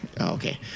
Okay